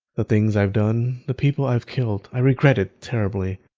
the things i've done, the people i've killed. i regret it terribly.